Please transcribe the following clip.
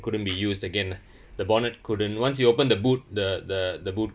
couldn't be used again lah the bonnet couldn't once you open the boot the the the boot